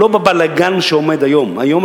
ולא בבלגן שעומד היום.